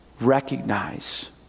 recognize